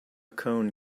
cone